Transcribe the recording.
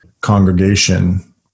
congregation